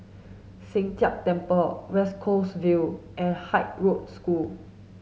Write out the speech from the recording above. Sheng Jia Temple West Coast Vale and Haig Girls' School